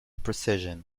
precision